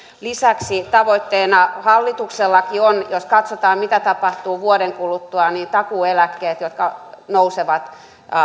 lisäksi tavoitteena hallituksellakin on jos katsotaan mitä tapahtuu vuoden kuluttua se että takuueläkkeet nousevat